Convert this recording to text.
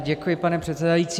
Děkuji, pane předsedající.